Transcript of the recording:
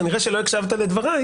וכנראה לא הקשבת לדבריי,